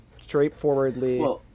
straightforwardly